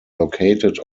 located